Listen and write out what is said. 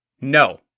No